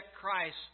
Christ